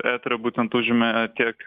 eterio būtent užėmė ė tiek